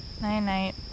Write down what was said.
Night-night